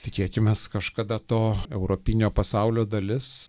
tikėkimės kažkada to europinio pasaulio dalis